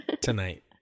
tonight